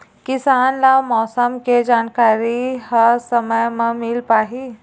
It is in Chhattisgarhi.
किसान ल मौसम के जानकारी ह समय म मिल पाही?